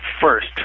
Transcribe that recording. first